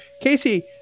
Casey